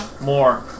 more